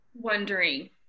wondering